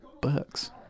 bucks